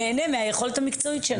נהנים מהיכולת המקצועית שלך.